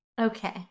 Okay